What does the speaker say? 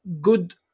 good